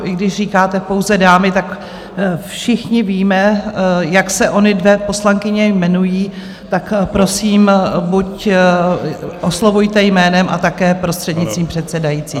I když říkáte pouze dámy, všichni víme, jak se ony dvě poslankyně jmenují, tak prosím, oslovujte je jménem a také prostřednictvím předsedající.